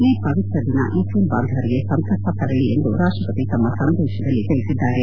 ಈ ಪವಿತ್ರ ದಿನ ಮುಸ್ಲಿಂ ಬಾಂಧವರಿಗೆ ಸಂತಸ ತರಲಿ ಎಂದು ರಾಷ್ಲಪತಿಗಳು ತಮ್ನ ಸಂದೇಶದಲ್ಲಿ ತಿಳಿಸಿದ್ದಾರೆ